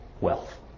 wealth